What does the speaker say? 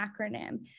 acronym